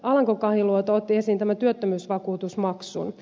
alanko kahiluoto otti esiin tämän työttömyysvakuutusmaksun